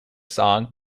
song